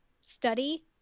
study